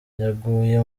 yaguye